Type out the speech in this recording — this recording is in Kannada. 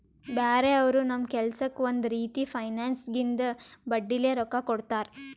ಬ್ಯಾರೆ ಅವರು ನಮ್ ಕೆಲ್ಸಕ್ಕ್ ಒಂದ್ ರೀತಿ ಫೈನಾನ್ಸ್ದಾಗಿಂದು ಬಡ್ಡಿಲೇ ರೊಕ್ಕಾ ಕೊಡ್ತಾರ್